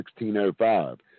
1605